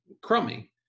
crummy